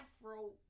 Afro